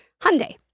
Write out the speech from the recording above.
Hyundai